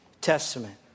Testament